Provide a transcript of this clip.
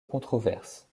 controverse